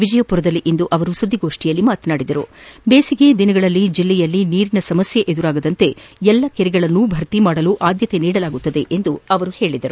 ವಿಜಯಪುರದಲ್ಲಿಂದು ಸುದ್ದಿಗೋಷ್ಠಿಯಲ್ಲಿ ಮಾತನಾಡಿದ ಅವರು ಬೇಸಿಗೆ ದಿನಗಳಲ್ಲಿ ಜಿಲ್ಲೆಯಲ್ಲಿ ನೀರಿನ ಸಮಸ್ತೆ ಎದುರಾಗದಂತೆ ಎಲ್ಲ ಕೆರೆಗಳನ್ನು ಭರ್ತಿ ಮಾಡಲು ಆದ್ಯತೆ ನೀಡಲಾಗುವುದು ಎಂದು ಹೇಳಿದರು